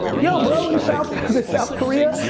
yo bro in south kind of south korea,